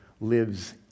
lives